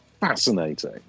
fascinating